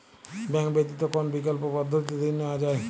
Bank ব্যতিত কোন বিকল্প পদ্ধতিতে ঋণ নেওয়া যায়?